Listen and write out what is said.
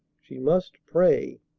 she must pray.